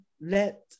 let